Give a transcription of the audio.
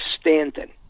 Stanton